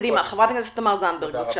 חברת הכנסת תמר זנדברג, בבקשה.